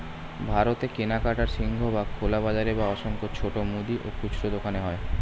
ভারতে কেনাকাটার সিংহভাগ খোলা বাজারে বা অসংখ্য ছোট মুদি ও খুচরো দোকানে হয়